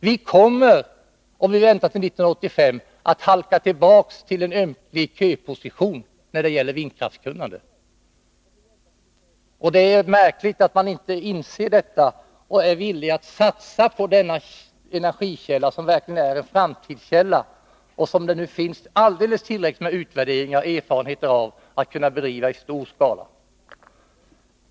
Vi kommer att, om vi väntar till 1985, halka tillbaka till en ömklig köposition när det gäller vindkraftskunnande. Det är märkligt att man inte inser detta och är villig att satsa på denna energikälla, som verkligen är en framtidskälla och som det nu finns alldeles tillräckligt med utvärderingar om och erfarenheter av för att kunna driva i stor skala.